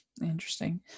interesting